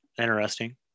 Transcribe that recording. interesting